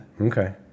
Okay